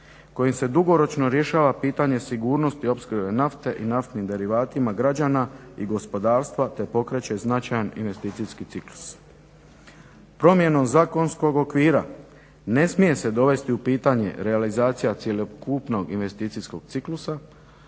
kojim se dugoročno rješava pitanje sigurnosti opskrbe nafte i naftnim derivatima građana i gospodarstva te pokreće značajan investicijski ciklus. Promjenom zakonskog okvira ne smije se dovesti u pitanje realizacija cjelokupnog investicijskog ciklusa